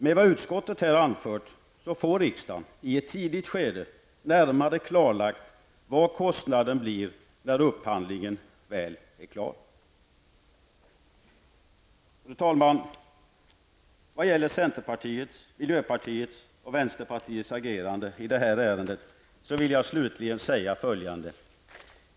Med vad utskottet här har anfört får riksdagen i ett tidigt skede närmare klarlagt vilken kostnad det blir, när upphandlingen väl är avslutad. Fru talman! I vad gäller centerpartiets, miljöpartiets och vänsterpartiets agerande i detta ärende vill jag slutligen säga följande.